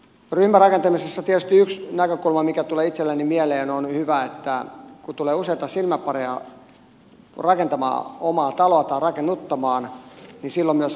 ryhmärakentamisessa tietysti yksi näkökulma mikä tulee itselleni mieleen on se että kun tulee useita silmäpareja rakentamaan tai rakennuttamaan omaa taloa niin on hyvä että silloin myös valvonta lisääntyy